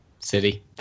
City